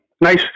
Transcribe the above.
nice